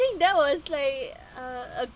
think that was like uh a